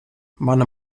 mana